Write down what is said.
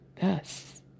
thus